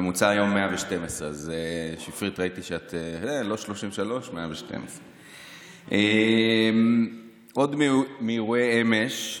הממוצע היום 112. אז לא 33 112. עוד מאירועי אמש,